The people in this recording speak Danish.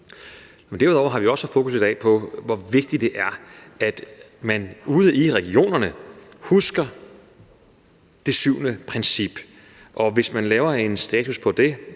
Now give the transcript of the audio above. derudover har vi i dag også haft fokus på, hvor vigtigt det er, at man ude i regionerne husker det syvende princip. Hvis man laver en status på det,